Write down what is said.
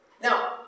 Now